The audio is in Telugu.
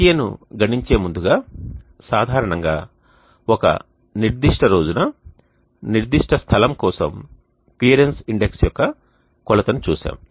Ha ను గణించే ముందుగా సాధారణంగా ఒక నిర్దిష్ట రోజున నిర్దిష్ట స్థలం కోసం క్లియరెన్స్ ఇండెక్స్ యొక్క కొలతను చూశాము